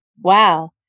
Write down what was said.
Wow